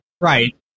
Right